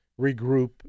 regroup